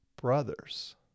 brothers